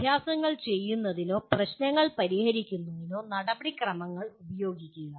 അഭ്യാസങ്ങൾ ചെയ്യുന്നതിനോ പ്രശ്നങ്ങൾ പരിഹരിക്കുന്നതിനോ നടപടിക്രമങ്ങൾ ഉപയോഗിക്കുക